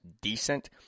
decent